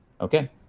Okay